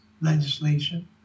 legislation